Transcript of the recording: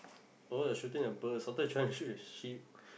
oh they're shooting the birds I thought they're trying to shoot the sheep